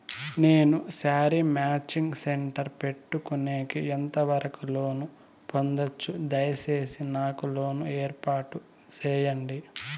నేను sari matching centre పెట్టుకునేకి ఎంత వరకు లోను పొందొచ్చు? దయసేసి నాకు లోను ఏర్పాటు సేయండి?